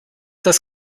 das